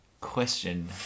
Question